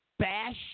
bash